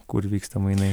kur vyksta mainai